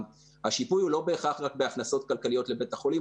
השיפוי הוא לא בהכרח רק בהכנסות כלכליות לבית החולים,